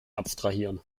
abstrahieren